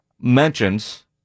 mentions